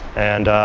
and,